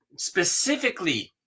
Specifically